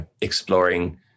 exploring